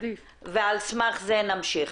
ועל סמך זה נמשיך.